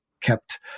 kept